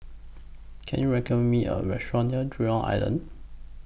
Can YOU recommend Me A Restaurant near Jurong Island